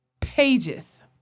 pages